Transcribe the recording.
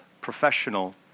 professional